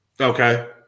Okay